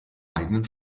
eigenen